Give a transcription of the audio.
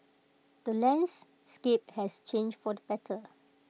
the landscape has changed for the better